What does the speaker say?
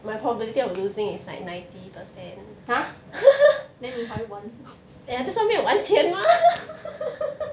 ha then 你还玩